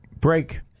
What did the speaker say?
Break